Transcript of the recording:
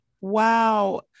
Wow